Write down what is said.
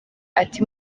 ati